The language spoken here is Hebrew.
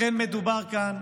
לכן, בעיניי, מדובר כאן